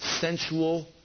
Sensual